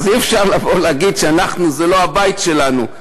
אז אי-אפשר להגיד שזה לא הבית שלנו.